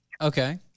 Okay